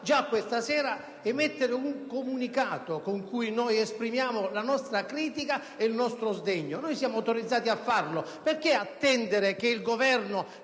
già questa sera emettere un comunicato in cui esprimiamo la nostra critica e il nostro sdegno, dal momento che siamo autorizzati a farlo. Perché attendere che il Governo